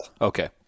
Okay